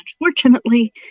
unfortunately